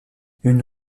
une